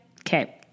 Okay